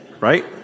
Right